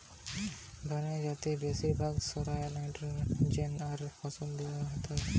binary জাতের বেশিরভাগ সারই নাইট্রোজেন আর ফসফরাস দিয়ে তইরি